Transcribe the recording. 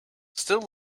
still